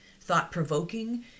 thought-provoking